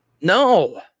No